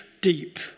deep